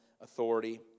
authority